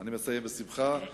אני מסיים בשמחה,